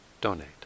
donate